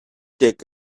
take